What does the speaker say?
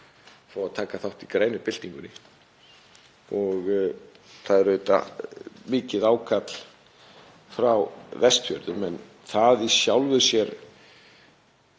Það er auðvitað mikið ákall frá Vestfjörðum en það í sjálfu sér